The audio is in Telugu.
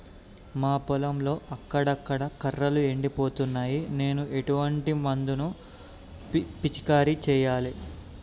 మా పొలంలో అక్కడక్కడ కర్రలు ఎండిపోతున్నాయి నేను ఎటువంటి మందులను పిచికారీ చెయ్యాలే?